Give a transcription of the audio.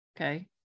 okay